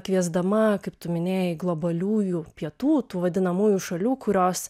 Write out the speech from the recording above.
kviesdama kaip tu minėjai globaliųjų pietų tų vadinamųjų šalių kurios